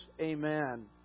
Amen